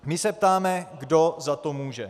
My se ptáme, kdo za to může.